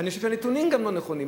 ואני חושב שהנתונים גם לא נכונים,